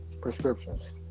prescriptions